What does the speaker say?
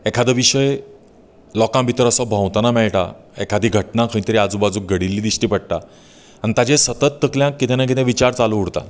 एकादो विशय लोकां भितर असो भोंवतना मेळटा एकादी घटना खंयतरी आजूबाजुक घडिल्ली दिश्टी पडटा आनी ताजे तकल्यांत सतत किदें ना कितें विचार चालू उरतांत